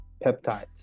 peptides